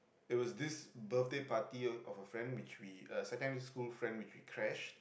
it was this birthday party of a friend which we uh secondary school friend which we crashed